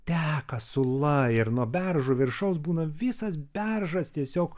teka sula ir nuo beržo viršaus būna visas beržas tiesiog